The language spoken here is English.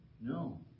No